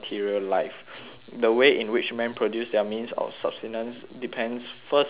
the way in which men produce their means of subsistence depends first of all